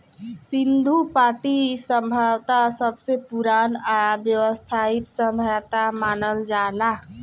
सिन्धु घाटी सभ्यता सबसे पुरान आ वयवस्थित सभ्यता मानल जाला